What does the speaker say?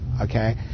okay